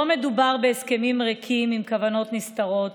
לא מדובר בהסכמים ריקים עם כוונות נסתרות